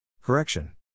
Correction